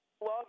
love